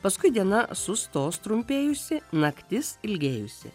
paskui diena sustos trumpėjusi naktis ilgėjusi